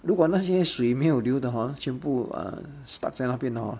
如果那些水没有流的 hor 全部 err stuck 在那边的 hor